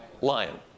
Lion